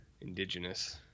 indigenous